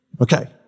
Okay